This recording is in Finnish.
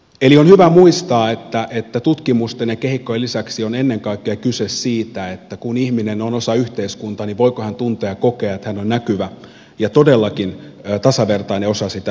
eli on hyvä muistaa että tutkimusten ja kehikkojen lisäksi on ennen kaikkea kyse siitä että kun ihminen on osa yhteiskuntaa niin voiko hän tuntea ja kokea että hän on näkyvä ja todellakin tasavertainen osa sitä yhteiskuntaa